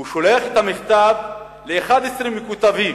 הוא שולח את המכתב ל-11 מכותבים,